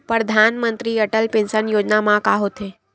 परधानमंतरी अटल पेंशन योजना मा का होथे?